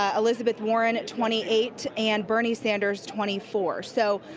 ah elizabeth warren twenty eight and bernie sanders twenty four. so